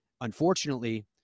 Unfortunately